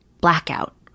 blackout